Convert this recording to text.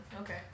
Okay